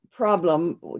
Problem